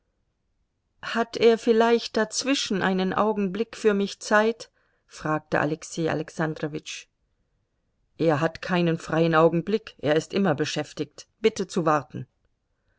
hat er nicht vielleicht dazwischen einen augen blick für mich zeit fragte alexei alexandrowitsch er hat keinen freien augenblick er ist immer beschäftigt bitte zu warten